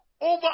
over